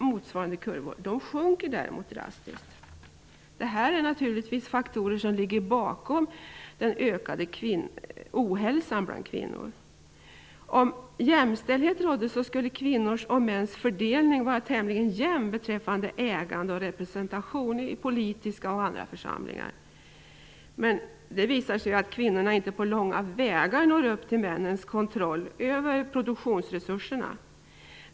Motsvarande kurvor för männen sjunker däremot drastiskt. Dessa faktorer ligger naturligtvis bakom den ökande ohälsan bland kvinnor. Om jämställdhet rådde skulle kvinnors och mäns fördelning vara tämligen jämn beträffande ägande och representation i politiska och i andra församlingar. Men det har visat sig att kvinnorna inte på långa vägar når upp till männens kontroll över produktionsresurserna.